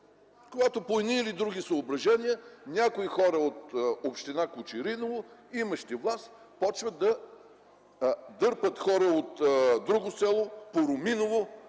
По едни или други съображения някои хора от община Кочериново, имащи власт, започват да дърпат хора от друго село – Пороминово,